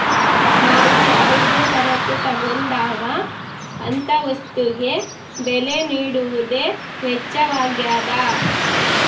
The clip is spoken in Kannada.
ನಾವು ಯಾವುದೇ ಸರಕು ತಗೊಂಡಾಗ ಅಂತ ವಸ್ತುಗೆ ಬೆಲೆ ನೀಡುವುದೇ ವೆಚ್ಚವಾಗ್ಯದ